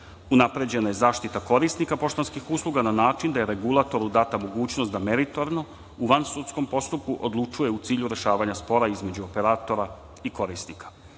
unapređena je zaštita korisnika poštanskih usluga na način da je regulatoru data mogućnost da meritorno, u vansudskom postupku, odlučuje, u cilju rešavanja spora između operatora i korisnika. Konačno,